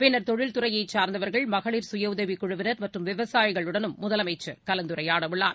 பின்னா் தொழில்துறையைசாா்ந்தவா்கள் மகளிா் சுயஉதவிகுழுவினா் மற்றும் விவசாயிகளுடனும் முதலமைச்சர் கலந்துரையாடஉள்ளார்